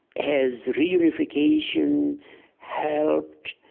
has reunification helped?